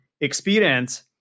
experience